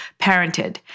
parented